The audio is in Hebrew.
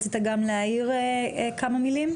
רצית גם להעיר כמה מילים.